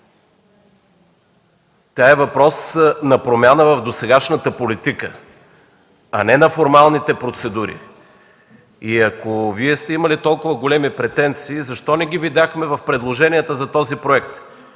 Тя е въпрос на промяна в досегашната политика, а не на формалните процедури. Ако Вие сте имали толкова големи претенции, защо не ги видяхме в предложенията за този проект?